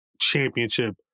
championship